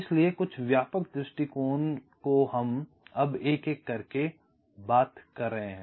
इसलिए कुछ व्यापक दृष्टिकोण की हम अब एक एक करके बात कर रहे हैं